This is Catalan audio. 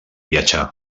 viatjar